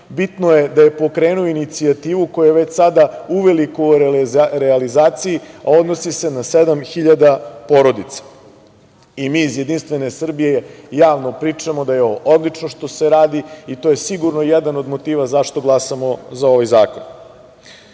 bitno je da je pokrenuo inicijativu koja je već sada uveliko u realizaciji, a odnosi se na 7.000 porodica. I mi iz Jedinstvene Srbije, javno pričamo da je ovo odlično što se radi i to je sigurno jedan od motiva zašto glasamo za ovaj zakon. Moramo